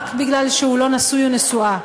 רק בגלל שהוא לא נשוי או נשואה.